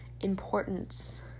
importance